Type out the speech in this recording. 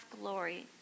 glory